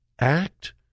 Act